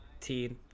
teen